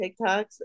TikToks